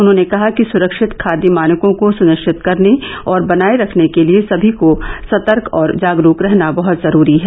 उन्होंने कहा कि सुरक्षित खाद्य मानकों को सुनिश्चित करने और बनाए रखने के लिए सभी का सतर्क और जागरूक रहना जरूरी है